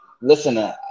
listen